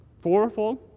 Fourfold